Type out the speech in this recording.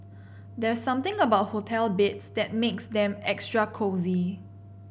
there's something about hotel beds that makes them extra cosy